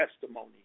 testimony